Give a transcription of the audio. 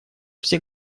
все